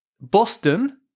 Boston